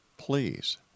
Please